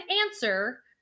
answer